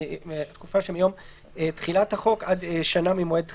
התקופה שמיום תחילת החוק עד שנה ממועד התחילה,